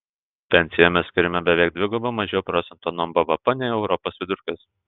pensijoms skiriame beveik dvigubai mažiau procentų nuo bvp nei europos vidurkis